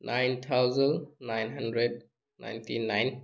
nine thousand nine hundred ninety nine